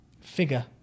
figure